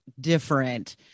different